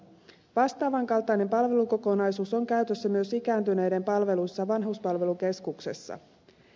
vastaavan kaltainen palvelukokonaisuus on käytössä myös ikääntyneiden palveluissa vanhuspalvelukeskuksessa